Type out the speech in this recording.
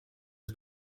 dit